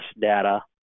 data